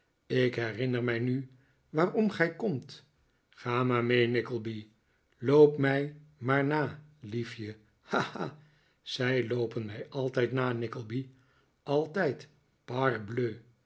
ik herinner mij mi waarom gij komt ga maar mee nickleby loop mij maar na liefje ha ha zij loopen mij altijd na nickleby altijd parbleu